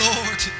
Lord